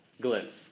glimpse